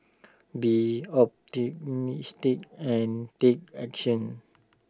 be optimistic and take action